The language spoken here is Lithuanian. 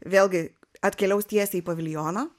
vėlgi atkeliaus tiesiai į paviljoną